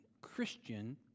Christian